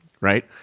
right